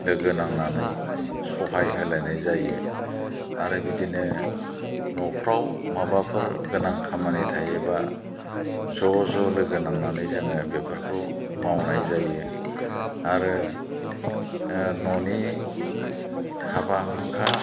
लोगो नांनानै सहाय होलायनाय जायो आरो बिदिनो न'फोराव माबाफोर गोनां खामानि थायोबा ज' ज' लोगो नांनानै जोङो बेफोरखौ मावनाय जायो आरो न'नि हाबा हुखा